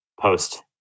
post